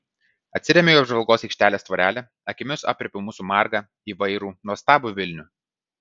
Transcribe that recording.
atsiremiu į apžvalgos aikštelės tvorelę akimis aprėpiu mūsų margą įvairų nuostabų vilnių